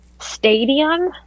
stadium